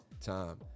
time